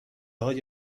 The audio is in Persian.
های